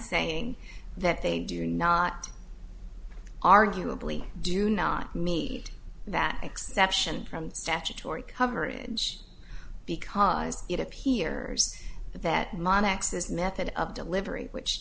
saying that they do not arguably do not meet that exception from statutory coverage because it appear that monic says method of delivery which